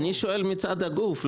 אני שואל מצד הגוף.